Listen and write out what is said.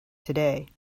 today